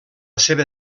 seva